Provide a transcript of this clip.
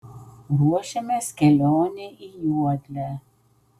ruošiamės kelionei į juodlę